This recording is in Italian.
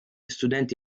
studenti